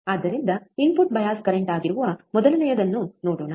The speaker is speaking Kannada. ಆದ್ದರಿಂದ ಇನ್ಪುಟ್ ಬಯಾಸ್ ಕರೆಂಟ್ ಆಗಿರುವ ಮೊದಲನೆಯದನ್ನು ನೋಡೋಣ